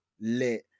lit